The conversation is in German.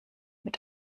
mit